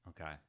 Okay